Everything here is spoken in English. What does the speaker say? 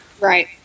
Right